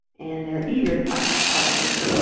and they're eager to find partners.